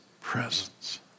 presence